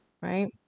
Right